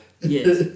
Yes